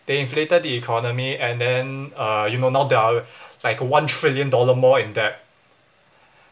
they inflated the economy and then uh you know now there are like one trillion dollar more in debt